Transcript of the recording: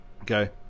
Okay